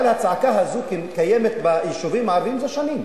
אבל הצעקה הזאת קיימת ביישובים הערביים זה שנים.